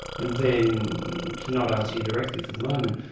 and then to not answer you directly for the moment,